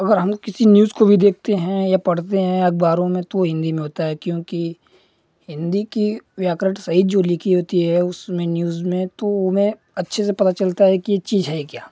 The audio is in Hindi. अगर हम किसी न्यूज को भी देखते हैं या पढ़ते हैं अखबारों में तो हिन्दी में होता है क्योंकि हिन्दी कि व्याकरण सही जो लिखी होती है उसमें न्यूज़ में तो उ में अच्छे से पता चलता है कि ये चीज है क्या